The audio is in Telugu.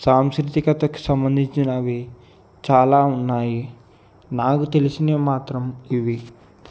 సాంస్కృతికకు సంబంధిచినవి చాలా ఉన్నాయి నాకు తెలిసినవి మాత్రం ఇవి